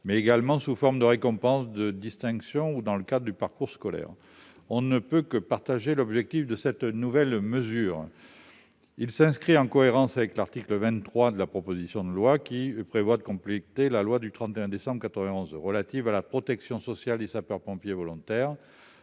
mais également sous forme de récompenses, de distinctions ou dans le cadre du parcours scolaire. On ne peut que souscrire à l'objectif de cette nouvelle mesure. Cet article s'inscrit en cohérence avec l'article 23 de la proposition de loi, qui vise à compléter la loi du 31 décembre 1991 relative à la protection sociale des sapeurs-pompiers volontaires